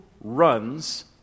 runs